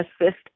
Assist